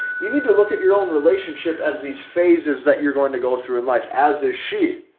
you need to look at your own relationship as these phases that you're going to go through in life as a sheet,